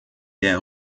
der